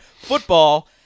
football